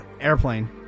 airplane